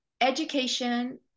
education